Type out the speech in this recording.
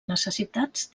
necessitats